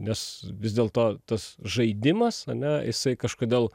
nes vis dėlto tas žaidimas ane jisai kažkodėl